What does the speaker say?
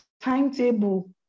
timetable